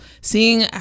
seeing